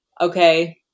okay